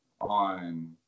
on